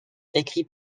écrit